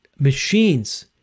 Machines